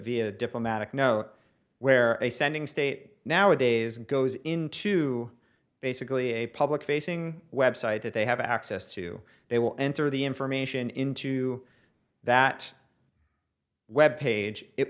via diplomatic know where a sending state nowadays goes into basically a public facing website that they have access to they will enter the information into that web page it